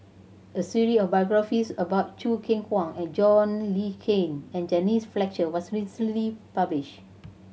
a series of biographies about Choo Keng Kwang and John Le Cain and Denise Fletcher was recently publish